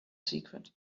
secret